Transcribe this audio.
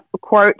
quote